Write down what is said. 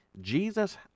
Jesus